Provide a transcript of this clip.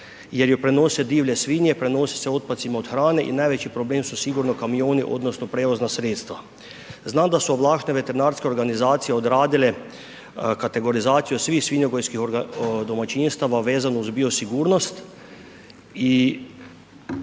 jer ju prenose divlje svinje, prenosi se otpadcima od hrane i najveći problem su kamioni odnosno prevozna sredstva. Znam da su ovlaštene veterinarske organizacije odradile kategorizaciju svih svinjogojskih domaćinstava vezanu uz bio sigurnost i